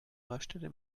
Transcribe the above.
raststätte